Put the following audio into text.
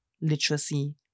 literacy